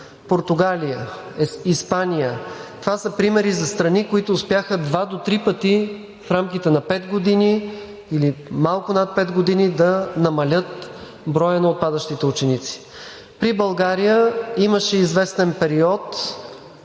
Португалия, Испания. Това са примери за страни, които успяха два до три пъти в рамките на пет години, или малко над пет години да намалят броя на отпадащите ученици. При България имаше известен период